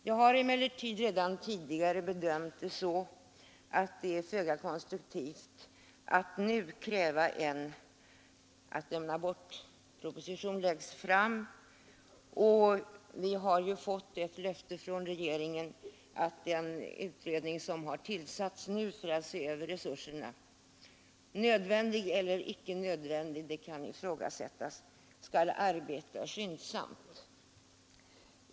Jag har emellertid redan tidigare bedömt det så, att det är föga konstruktivt att nu kräva att en abortproposition läggs fram. Vi har ju fått ett löfte från regeringen om att den utredning som nu har tillsatts för att se över resurserna — nödvändig eller icke nödvändig, det kan ifrågasättas — skall arbeta skyndsamt.